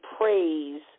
praise